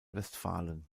westfalen